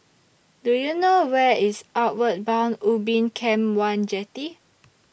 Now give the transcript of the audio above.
Do YOU know Where IS Outward Bound Ubin Camp one Jetty